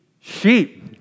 Sheep